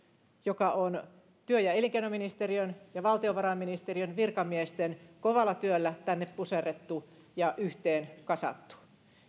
joka on työ ja elinkeinoministeriön ja valtiovarainministeriön virkamiesten kovalla työllä tänne puserrettu ja yhteen kasattu